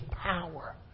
power